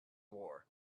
war